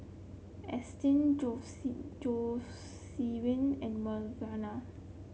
Astrid Jocelyne and Melvina